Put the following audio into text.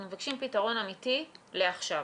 אנחנו מבקשים פתרון אמיתי לעכשיו.